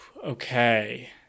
Okay